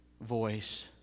voice